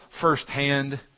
firsthand